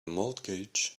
mortgage